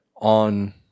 on